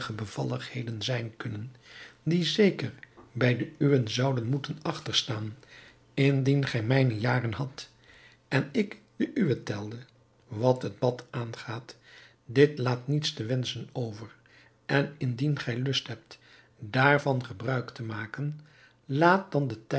bevalligheden zijn kunnen die zeker bij de uwe zouden moeten achterstaan indien gij mijne jaren hadt en ik de uwe telde wat het bad aangaat dit laat niets te wenschen over en indien gij lust hebt daarvan gebruik te maken laat dan den tijd